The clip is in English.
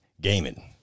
Gaming